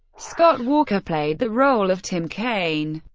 scott walker played the role of tim kaine.